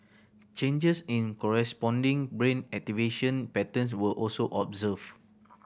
changes in corresponding brain activation patterns were also observed